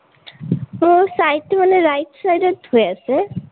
মোৰ চাইডটো মানে ৰাইট চাইডত হৈ আছে